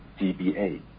DBA